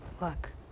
Look